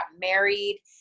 married